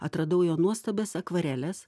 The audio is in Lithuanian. atradau jo nuostabias akvareles